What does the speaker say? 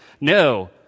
No